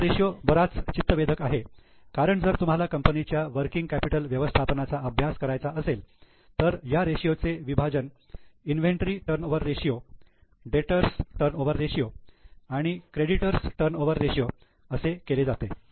हा रेषीयो बराच चित्तवेधक आहे कारण जर तुम्हाला कंपनीच्या वर्किंग कॅपिटल व्यवस्थापनाचा अभ्यास करायचा असेल तर या रेषीयो चे विभाजन इन्व्हेंटरी टर्नओवर डेटर्स टर्नओव्हर आणि क्रेडिटर्स टर्नओवर असे केले जाते